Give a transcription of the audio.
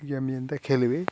game ଏନ୍ତା ଖେଳିବେ